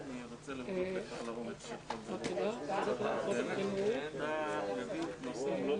ננעלה בשעה 11:20.